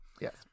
Yes